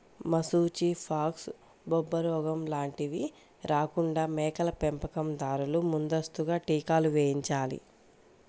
మశూచి, ఫాక్స్, బొబ్బరోగం లాంటివి రాకుండా మేకల పెంపకం దారులు ముందస్తుగా టీకాలు వేయించాలి